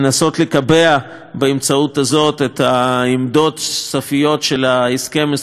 באמצעותו את העמדות הסופיות של ההסכם הישראלי פלסטיני,